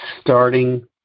starting